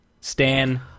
Stan